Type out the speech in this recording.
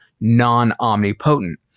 non-omnipotent